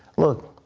look,